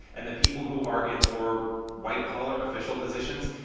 and the people who are in more white-collar, official positions,